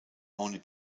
only